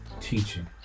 teaching